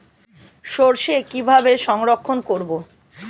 সরষে কিভাবে সংরক্ষণ করব?